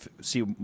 see